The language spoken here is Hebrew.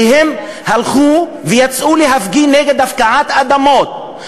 כי הם הלכו ויצאו להפגין נגד הפקעת אדמות.